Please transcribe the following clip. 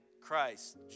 Christ